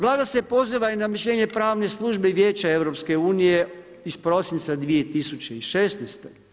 Vlada se poziva i na mišljenje pravne službe i vijeća EU iz prosinca 2016.